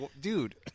dude